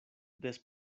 des